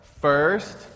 First